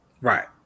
Right